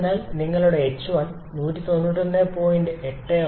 അതിനാൽ നിങ്ങളുടെ h1 191